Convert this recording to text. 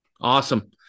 awesome